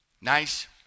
nice